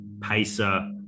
Pacer